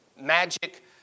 magic